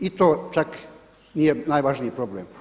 I to čak nije najvažniji problem.